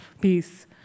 peace